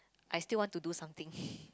I still want to do something